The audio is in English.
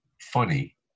funny